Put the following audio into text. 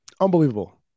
Unbelievable